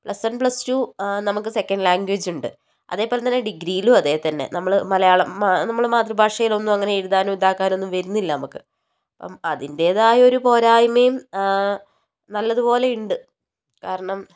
plus one plus two നമുക്ക് second language ഉണ്ട് അതുപോലെത്തന്നെ ഡിഗ്രിയിലും അതുതന്നെ നമ്മൾ മലയാളം മാ നമ്മൾ മാതൃഭാഷയിൽ ഒന്നും അങ്ങനെ എഴുതാനും ഇതാക്കാനും ഒന്നും വരുന്നില്ല നമുക്ക് അപ്പം അതിൻറ്റേതായ ഒരു പോരായ്മയും നല്ലതു പോലെ ഉണ്ട് കാരണം